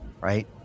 right